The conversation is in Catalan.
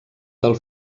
del